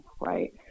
Right